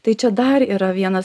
tai čia dar yra vienas